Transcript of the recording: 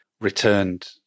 returned